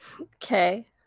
Okay